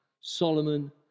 Solomon